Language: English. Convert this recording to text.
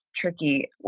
tricky